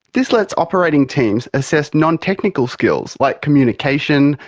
this lets operating teams assess nontechnical skills like communication,